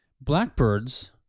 blackbirds